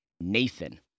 Nathan